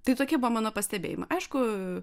tai tokie buvo mano pastebėjimai aišku